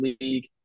league